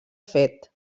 fet